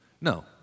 No